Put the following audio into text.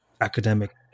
academic